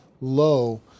low